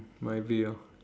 might be orh